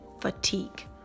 fatigue